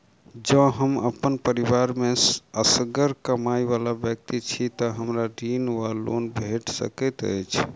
जँ हम अप्पन परिवार मे असगर कमाई वला व्यक्ति छी तऽ हमरा ऋण वा लोन भेट सकैत अछि?